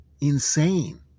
insane